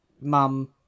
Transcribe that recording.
mum